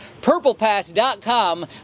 purplepass.com